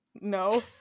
No